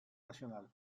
nacional